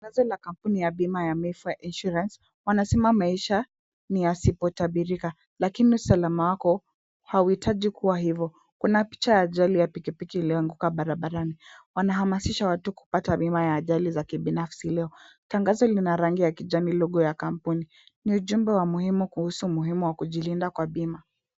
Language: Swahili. Tangazo la kampuni ya bima ya Mesha Insurance wanasema maisha ni yasipotabirika, lakini usalama wako hauhitaji kua hivo. Kuna picha ya ajali ya pikipiki iliyoanguka barabarani. Wanahamasisha watu kupata bima ya ajali za kibinafsi leo. Tangazo lina rangi ya kijani, logo ya kampuni. Ni ujumbe wa muhimu kuhusu umuhimu wa kujilinda kwa bima.